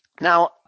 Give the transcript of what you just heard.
Now